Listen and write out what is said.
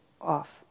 off